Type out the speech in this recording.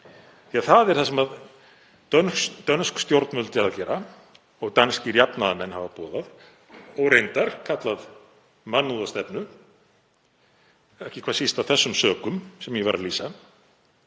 Það er það sem dönsk stjórnvöld eru að gera og danskir jafnaðarmenn hafa boðað og reyndar kallað mannúðarstefnu, ekki hvað síst af þeim sökum sem ég var að lýsa.